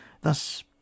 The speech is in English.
thus